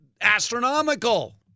astronomical